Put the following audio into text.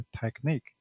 technique